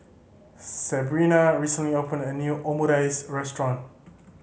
Sebrina recently opened a new Omurice Restaurant